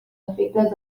defectes